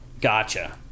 Gotcha